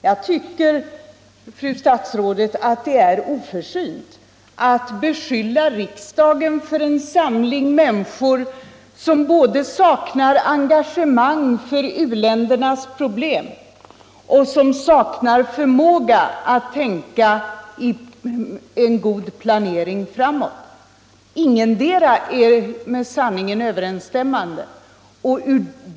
Jag tycker dessutom, fru statsrådet, att det är oförsynt att beskylla riksdagen för att vara en samling människor som både saknar engagemang för u-ländernas problem och saknar förmåga att sörja för en god planering framåt. Ingetdera är med sanningen överensstämmande.